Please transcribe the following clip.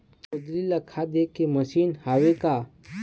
गोंदली ला खोदे के मशीन हावे का?